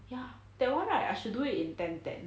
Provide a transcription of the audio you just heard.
ya that [one] I should do it in ten ten